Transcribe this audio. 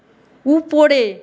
উপরে